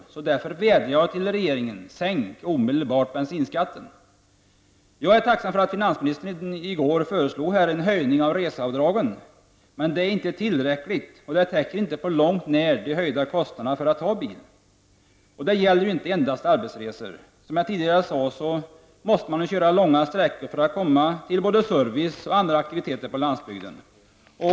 Därför vädjar jag till regeringen: Sänk omedelbart bensinskatten! Jag är tacksam för att finansministern i går föreslog en höjning av reseavdraget, men det är inte tillräckligt och det täcker inte på långt när de höjda kostnaderna för att ha bil. Det gäller inte endast arbetsresor. Som jag tidigare sade måste man köra långa sträckor för att komma både till service och andra aktiviteter på landsbygden.